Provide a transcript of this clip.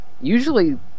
usually